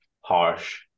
harsh